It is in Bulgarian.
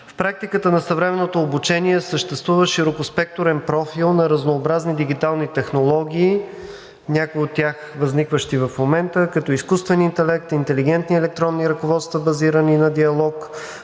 В практиката на съвременното обучение съществува широкоспектърен профил на разнообразни дигитални технологии, някои от тях възникващи в момента, като: изкуствен интелект; интелигентни електронни ръководства, базирани на диалог;